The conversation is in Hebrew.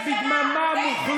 באיזה צד היה רצח?